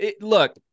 look